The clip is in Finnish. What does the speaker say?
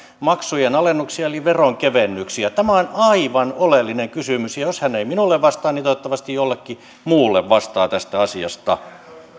maksujen alennuksia eli veronkevennyksiä tämä on aivan oleellinen kysymys ja ja jos ei minulle vastata niin toivottavasti jollekin muulle vastataan tästä asiasta